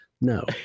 No